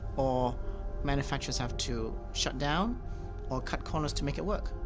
ah manufacturers have to shut down or cut corners to make it work.